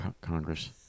Congress